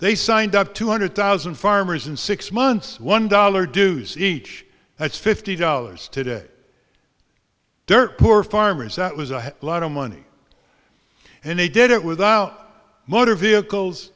they signed up two hundred thousand farmers in six months one dollar dues each that's fifty dollars today dirt poor farmers that was a lot of money and they did it without motor vehicles